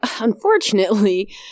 unfortunately